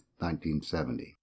1970